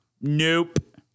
Nope